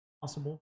possible